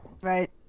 right